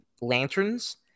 Lanterns